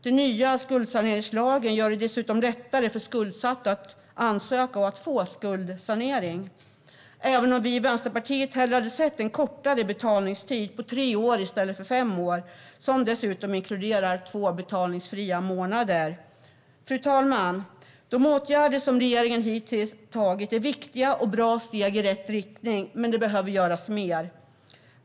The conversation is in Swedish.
Den nya skuldsaneringslagen gör det dessutom lättare för skuldsatta att ansöka om och få skuldsanering, även om vi i Vänsterpartiet hellre hade sett en kortare betalningstid på tre år i stället för fem år, och som dessutom inkluderar två betalningsfria månader. Fru talman! De åtgärder som regeringen hittills har vidtagit är viktiga och bra steg i rätt riktning, men mer behöver göras.